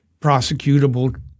prosecutable